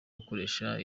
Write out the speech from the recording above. gukoresha